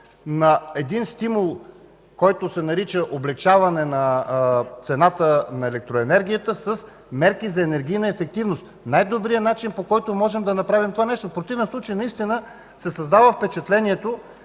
на един стимул, който се нарича „облекчаване на цената на електроенергията” с мерки за енергийна ефективност – най-добрият начин, по който можем да направим това нещо. В противен случай наистина се създава впечатлението,